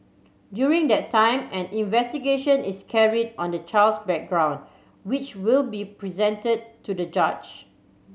during that time an investigation is carried on the child's background which will be presented to the judge